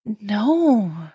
No